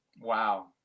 wow